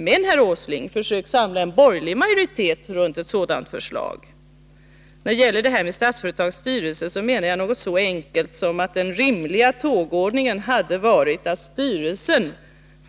Men, herr Åsling, försök samla en borgerlig majoritet runt ett sådant förslag! Med det jag sade om Statsföretags styrelse menade jag något så enkelt som att den rimliga tågordningen hade varit att styrelsen